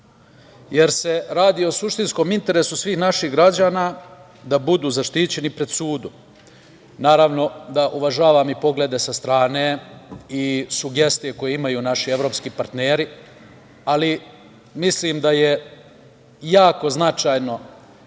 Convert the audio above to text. jer se radi o suštinskom interesu svih naših građana da budu zaštićeni pred sudom. Naravno da uvažavam i poglede sa strane i sugestije koje imaju naši evropski partneri, ali mislim da je jako značajno